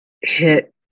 hit